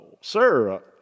sir